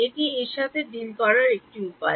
এটি এর সাথে ডিল করার একটি উপায়